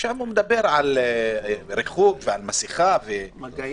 ממשרד הבריאות שבה הוא מדבר על ריחוק ועל מסכה ומגע.